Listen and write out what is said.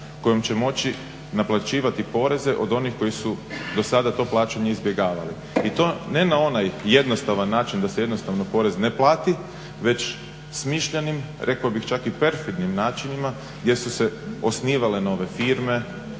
kojom će moći naplaćivati poreze koji su do sada to plaćanje izbjegavali. I to ne na onaj jednostavan način da se porez jednostavno ne plati već smišljenim rekao bih čak i perfidnim načinima gdje su se osnivale nove firme,